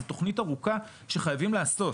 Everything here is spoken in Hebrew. זה תוכנית ארוכה שחייבים לעשות.